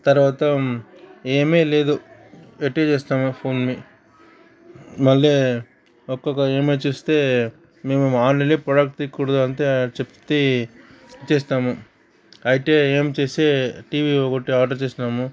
తర్వాత ఏమీ లేదు పెట్టేసేస్తాం ఆ ఫోన్ని మళ్ళీ ఒక్కొక్క ఈఎంఐ చూస్తే మేము ఆల్రెడీ ప్రోడక్ట్ కూడా చెప్తే చేస్తాము అయితే ఏం చేసి టీవీ ఒకటి ఆర్డర్ చేసినాము